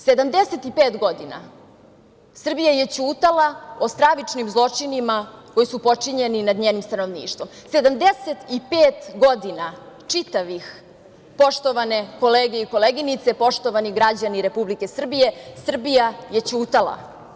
Sedamdeset pet godina Srbija je ćutala o stravičnim zločinima koji su počinjeni nad njenim stanovništvom, 75 godina, čitavih, poštovane kolege i koleginice, poštovani građani Republike Srbije, Srbija je ćutala.